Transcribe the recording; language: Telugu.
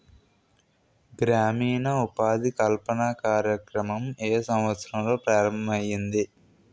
గ్రామీణ ఉపాధి కల్పన కార్యక్రమం ఏ సంవత్సరంలో ప్రారంభం ఐయ్యింది?